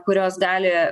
kurios gali